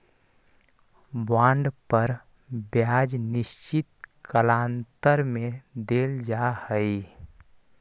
bond पर ब्याज निश्चित कालांतर में देल जा हई